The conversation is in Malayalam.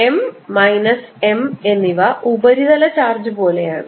M മൈനസ് M എന്നിവ ഉപരിതല ചാർജ് പോലെയാണ്